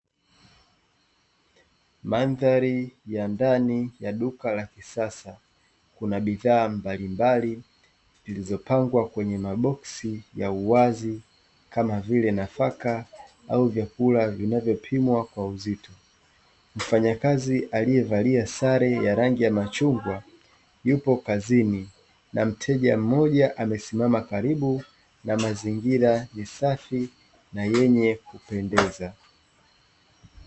Mandhari ya ndani ya duka la kisasa kuna bidhaa mbalimbali zilizopangwa kwenye maboksi ya uwazi kama vile: nafaka au vyakula vinavyopimwa kwa uzito. mfanyakazi aliyevalia sare ya rangi ya machungwa yupo kazini na mteja mmoja amesimama karibu na mazingira safi na yenye kupendeza.